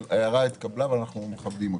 אבל ההערה התקבלה ואנחנו מכבדים אותה.